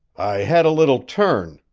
i had a little turn,